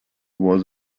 was